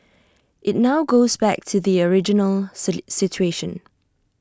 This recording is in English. IT now goes back to the original situation